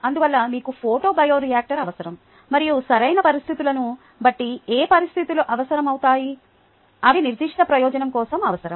అందువల్ల మీకు photo bioreactor అవసరం మరియు సరైన పరిస్థితులను బట్టి ఏ పరిస్థితులు అవసరమవుతాయి అవి నిర్దిష్ట ప్రయోజనం కోసం అవసరం